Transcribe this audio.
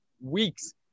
weeks